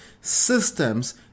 systems